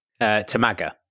Tamaga